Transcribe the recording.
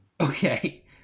Okay